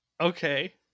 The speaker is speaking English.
Okay